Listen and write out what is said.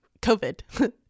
COVID